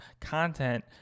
content